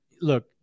look